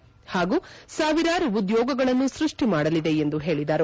ಪಾಗೂ ಸಾವಿರಾರು ಉದ್ಯೋಗಗಳನ್ನು ಸೃಷ್ಟಿ ಮಾಡಲಿದೆ ಎಂದು ಹೇಳಿದರು